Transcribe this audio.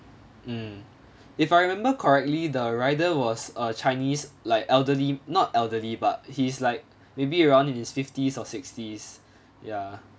mm if I remember correctly the rider was a chinese like elderly not elderly but he's like maybe around in his fifties or sixties ya